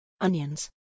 Onions